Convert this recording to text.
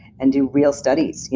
and do real studies. yeah